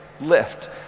lift